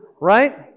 Right